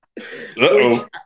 uh-oh